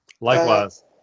Likewise